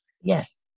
Yes